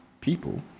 people